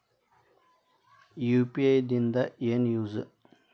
UPI ದಿಂದ ಏನು use?